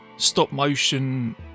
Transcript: Stop-motion